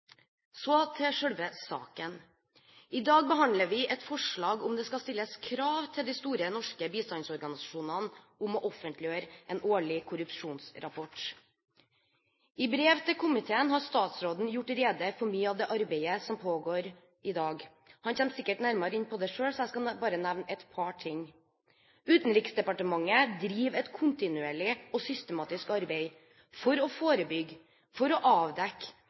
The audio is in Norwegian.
Så til selve saken: I dag behandler vi et forslag om det skal stilles krav til de store norske bistandsorganisasjonene om å offentliggjøre en årlig korrupsjonsrapport. I brev til komiteen har statsråden gjort rede for mye av det arbeidet som pågår i dag. Han kommer sikkert nærmere inn på det selv, så jeg skal bare nevne et par ting: Utenriksdepartementet driver et kontinuerlig og systematisk arbeid for å forebygge,